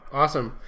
awesome